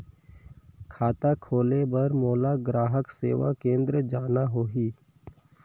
खाता खोले बार मोला ग्राहक सेवा केंद्र जाना होही?